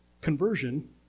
conversion